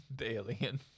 alien